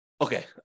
Okay